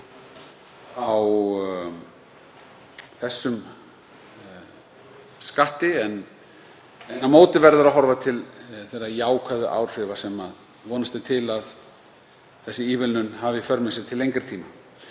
á þessum skatti. Á móti verður að horfa til þeirra jákvæðu áhrifa sem vonast er til að þessi ívilnun hafi í för með sér til lengri tíma.